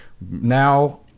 Now